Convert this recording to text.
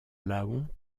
laon